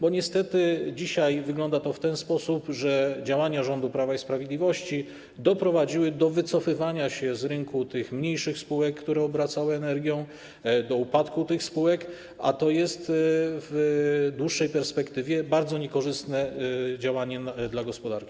Bo niestety dzisiaj wygląda to w ten sposób, że działania rządu Prawa i Sprawiedliwości doprowadziły do wycofywania się z rynku tych mniejszych spółek, które obracały energią, do upadku tych spółek, a to jest w dłuższej perspektywie bardzo niekorzystne działanie dla gospodarki.